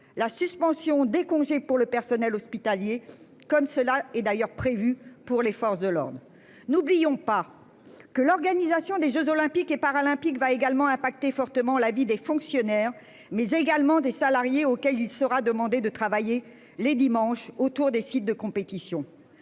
la suspension des congés pour le personnel hospitalier, comme cela est d'ailleurs prévue pour les forces de l'ordre. N'oublions pas que l'organisation des Jeux olympiques et paralympiques va également impacter fortement la vie des fonctionnaires, mais également des salariés auxquels il sera demandé de travailler les dimanches autour des sites de compétition